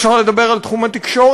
אפשר לדבר על תחום התקשורת,